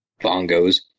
Bongos